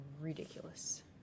Ridiculous